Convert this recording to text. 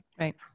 Right